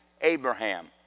Abraham